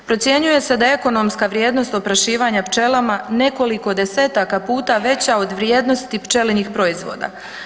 Procjenjuje se da ekonomska vrijednost oprašivanja pčelama nekoliko desetaka puta veća od vrijednosti pčelinjih proizvoda.